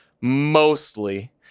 mostly